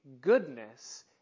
goodness